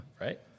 Right